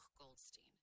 Goldstein